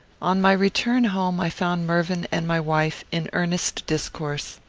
on my return home, i found mervyn and my wife in earnest discourse.